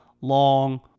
long